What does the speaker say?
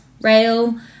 rail